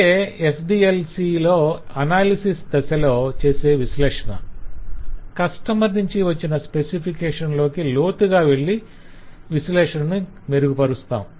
ఇదే SDLCలో అనాలిసిస్ దశలో చేసే విశ్లేషణ కస్టమర్ నుంచి వచ్చిన స్పెసిఫికేషన్ లోకి లోతుగా వెళ్ళి విశ్లేషణను మెరుగుపరుస్తాం